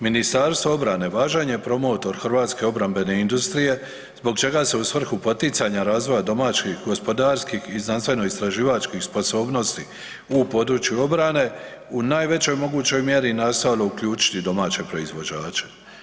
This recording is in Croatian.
Ministarstvo obrane važan je promotor hrvatske obrambene industrije zbog čega se u svrhu poticanja razvoja domaćih gospodarskih i znanstveno istraživačkih sposobnosti u području obrane u najvećoj mogućoj mjeri nastojalo uključiti domaće proizvođače.